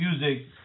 music